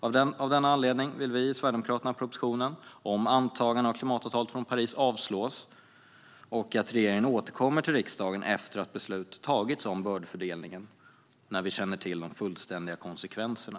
Av denna anledning vill vi i Sverigedemokraterna att propositionen om antagande av klimatavtalet från Paris avslås och att regeringen återkommer till riksdagen efter att beslut om bördefördelningen har tagits på EU-nivå och när vi känner till de fullständiga konsekvenserna.